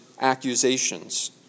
accusations